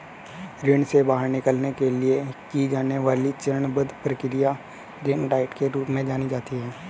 ऋण से बाहर निकलने के लिए की जाने वाली चरणबद्ध प्रक्रिया रिंग डाइट के रूप में जानी जाती है